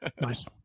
Nice